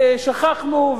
ושכחנו,